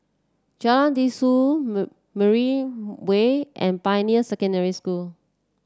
Jalan Dusun Mariam Way and Pioneer Secondary School